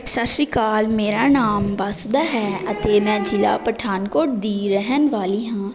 ਸਤਿ ਸ਼੍ਰੀ ਅਕਾਲ ਮੇਰਾ ਨਾਮ ਵਾਸੁਦਾ ਹੈ ਅਤੇ ਮੈਂ ਜਿਲ੍ਹਾ ਪਠਾਨਕੋਟ ਦੀ ਰਹਿਣ ਵਾਲੀ ਹਾਂ